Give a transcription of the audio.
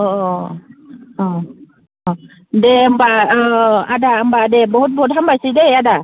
अ अ अ अ अ दे होमब्ला आदा होमब्ला दे बहुद बहुद हामबायसैलै आदा